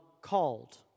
called